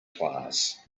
class